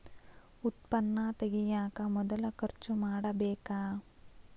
ಉತ್ಪನ್ನಾ ತಗಿಯಾಕ ಮೊದಲ ಖರ್ಚು ಮಾಡಬೇಕ